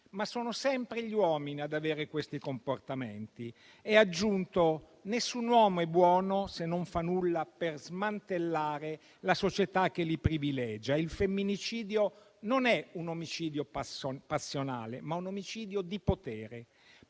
ma sono sempre gli uomini ad avere questi comportamenti. E ha aggiunto: nessun uomo è buono se non fa nulla per smantellare la società che li privilegia. Il femminicidio, infatti, non è un omicidio passionale, ma è un omicidio di potere.